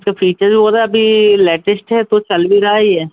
इसके फीचर वो तो अभी लैटेस्ट हैं तो चल भी रहा है ये